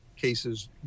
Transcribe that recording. cases